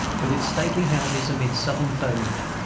with its stately houses amid southern foliage.